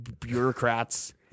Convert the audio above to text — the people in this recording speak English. bureaucrats